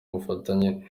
ubufatanye